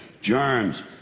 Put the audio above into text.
Germs